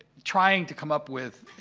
trying to come up with